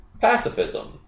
Pacifism